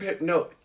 no